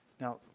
Now